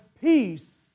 peace